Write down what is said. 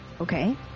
Okay